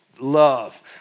Love